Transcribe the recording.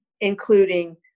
including